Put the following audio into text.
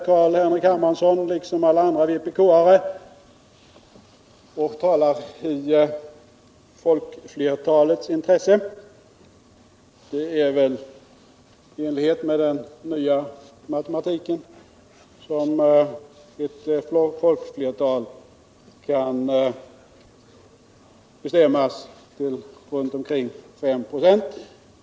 Carl-Henrik Hermansson talade liksom alla andra vpk-are för folkflertalets intressen. Det är väl i enlighet med den nya matematiken som ett folkflertal kan bestämmas till omkring 5 96.